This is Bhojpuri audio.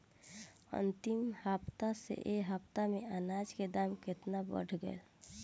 अंतिम हफ्ता से ए हफ्ता मे अनाज के दाम केतना बढ़ गएल?